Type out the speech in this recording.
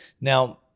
Now